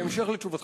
בהמשך לתשובתך,